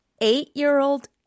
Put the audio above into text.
eight-year-old